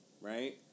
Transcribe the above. right